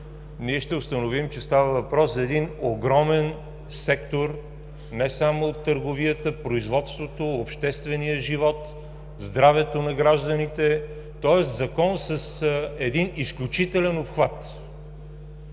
ще установим, че става въпрос за един огромен сектор – не само от търговията, производството, обществения живот, здравето на гражданите, тоест Закон с изключителен обхват.